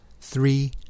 three